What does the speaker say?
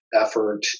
effort